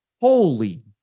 Holy